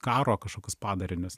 karo kažkokius padarinius